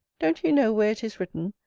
don't you know where it is written,